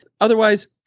Otherwise